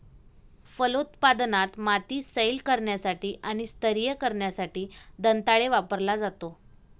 फलोत्पादनात, माती सैल करण्यासाठी आणि स्तरीय करण्यासाठी दंताळे वापरला जातो